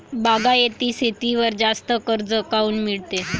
बागायती शेतीवर जास्त कर्ज काऊन मिळते?